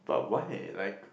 but why like